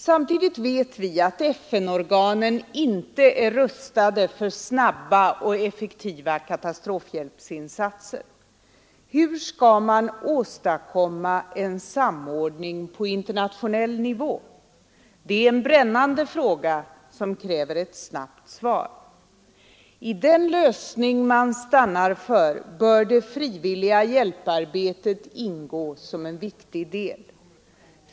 Samtidigt vet vi att FN-organen inte är rustade för snabba och effektiva katastrofhjälpsinsatser. Hur skall man åstadkomma samordning på internationell nivå? Det är en brännande fråga som kräver ett snabbt svar. ; I den lösning man stannar för bör det frivilliga hjälparbetet ingå som en viktig del.